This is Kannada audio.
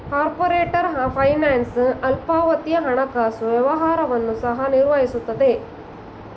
ಕಾರ್ಪೊರೇಟರ್ ಫೈನಾನ್ಸ್ ಅಲ್ಪಾವಧಿಯ ಹಣಕಾಸು ವ್ಯವಹಾರವನ್ನು ಸಹ ನಿರ್ವಹಿಸುತ್ತದೆ